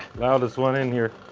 ah this one in here.